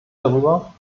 darüber